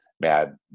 Mad